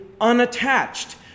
unattached